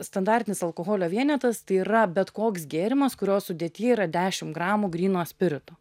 standartinis alkoholio vienetas tai yra bet koks gėrimas kurio sudėty yra dešim gramų gryno spirito